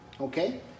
okay